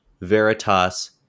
Veritas